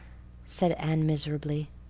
said anne miserably.